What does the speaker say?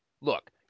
Look